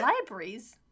libraries